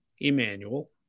Emmanuel